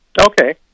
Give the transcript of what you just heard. Okay